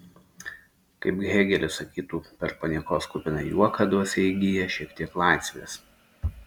kaip hėgelis sakytų per paniekos kupiną juoką dvasia įgyja šiek tiek laisvės